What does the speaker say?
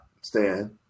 stand